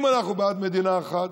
אם אנחנו בעד מדינה אחת,